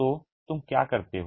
तो तुम क्या करते हो